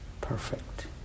perfect